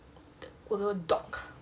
google doc